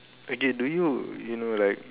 okay do you you know like